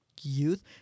youth